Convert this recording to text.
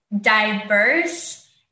diverse